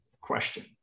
question